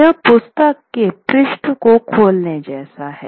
यह पुस्तक के पृष्ठ को खोलने जैसा है